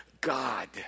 God